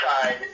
side